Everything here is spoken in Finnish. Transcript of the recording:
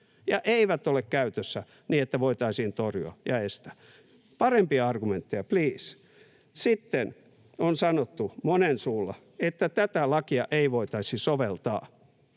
ja eivät ole käytössä, niin että voitaisiin torjua ja estää. Parempia argumentteja, pliis. Sitten on sanottu monen suulla, että tätä lakia ei voitaisi soveltaa,